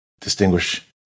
Distinguish